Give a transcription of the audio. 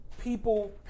people